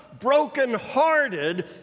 brokenhearted